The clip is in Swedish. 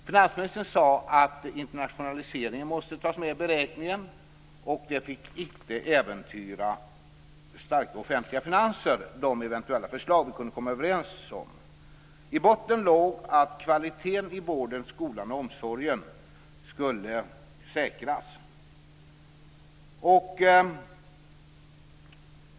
Finansministern sade att internationaliseringen måste tas med i beräkningen och att de eventuella förslag som vi kunde komma överens om icke fick äventyra detta med starka offentliga finanser. I botten låg att kvaliteten i vården, skolan och omsorgen skulle säkras.